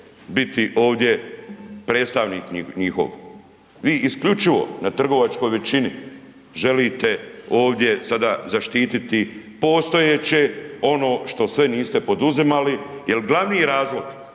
biti ovdje predstavnik njihov. Vi isključivo na trgovačkoj većini želite ovdje sada zaštititi postojeće ono što sve niste poduzimali jer glavni razlog,